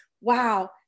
wow